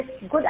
good